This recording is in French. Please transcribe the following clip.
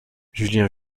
julien